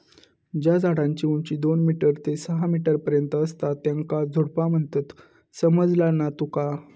ज्या झाडांची उंची दोन मीटर ते सहा मीटर पर्यंत असता त्येंका झुडपा म्हणतत, समझला ना तुका?